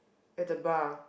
at the bar